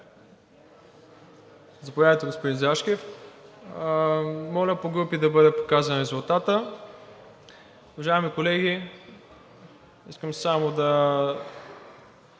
Заповядайте, господин Зашкев. Моля по групи да бъде показан резултатът. Уважаеми колеги, искам само да